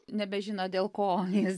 nebežino dėl ko jis